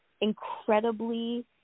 incredibly